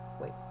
Wait